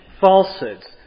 falsehoods